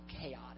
chaotic